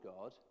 God